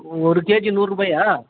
ஒரு கேஜி நூறுபாயா